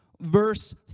verse